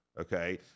okay